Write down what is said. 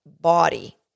body